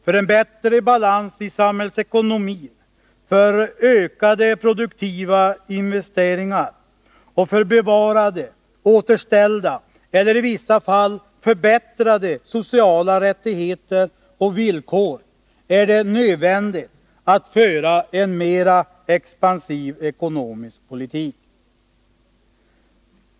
För en bättre balans i samhällsekonomin, för ökade produktiva investeringar och för bevarade, återställda eller i vissa fall förbättrade sociala rättigheter och villkor är det nödvändigt att föra en mer expansiv ekonomisk politik.